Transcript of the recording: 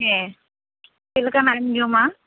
ᱦᱮᱸ ᱪᱮᱫ ᱞᱮᱠᱟᱱᱟᱜ ᱮᱢ ᱡᱚᱢᱟ